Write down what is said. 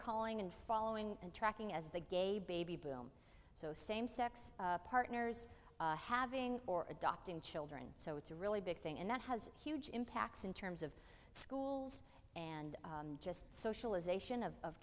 calling and following and tracking as the gay baby boom so same sex partners having or adopting children so it's a really big thing and that has huge impacts in terms of school and just socialization of